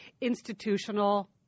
institutional